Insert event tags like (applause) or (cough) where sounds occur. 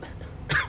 (coughs)